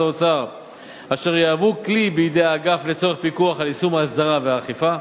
האוצר אשר יהוו כלי בידי האגף לצורך פיקוח על יישום ההסדרה והאכיפה.